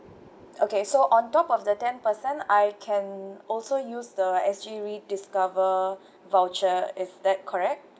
okay so on top of the ten percent I can also use the S_G rediscover voucher is that correct